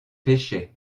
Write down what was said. pêchait